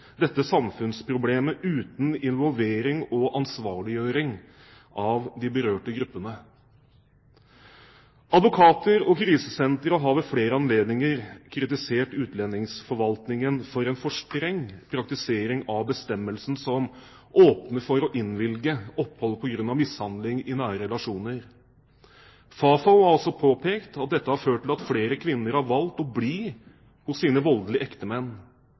dette samfunnsproblemet uten involvering og ansvarliggjøring av de berørte gruppene. Advokater og krisesentre har ved flere anledninger kritisert utlendingsforvaltningen for en for streng praktisering av bestemmelsen som åpner for å innvilge opphold på grunn av mishandling i nære relasjoner. Fafo har også påpekt at dette har ført til at flere kvinner har valgt å bli hos sin voldelige